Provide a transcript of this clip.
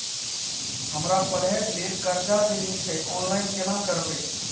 हमरा पढ़े के लेल कर्जा जे मिलते ऑनलाइन केना करबे?